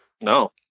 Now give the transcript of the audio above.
No